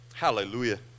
Hallelujah